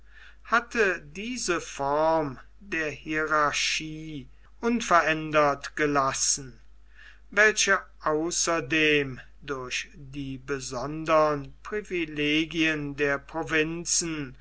hatte diese form der hierarchie unverändert gelassen welche außerdem durch die besondern privilegien der provinzen